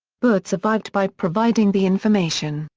butz survived by providing the information,